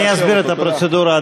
אני אסביר את הפרוצדורה,